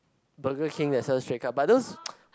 Burger King that sell straight cut but those